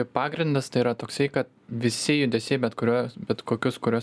pagrindas tai yra toksai kad visi judesiai bet kuriuos bet kokius kuriuos